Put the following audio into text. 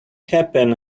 happen